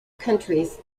countries